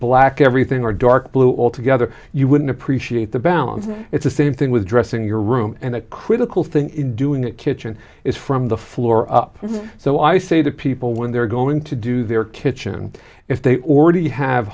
black everything or dark blue all together you wouldn't appreciate the balance it's the same thing with dressing your room and that critical thing in doing that kitchen is from the floor up so i say to people when they're going to do their kitchen if they already have